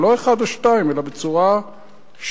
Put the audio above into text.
ולא אחת או שתיים אלא בצורה שיטתית,